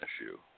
issue